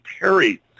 Perry